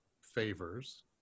favors